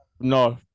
No